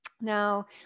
Now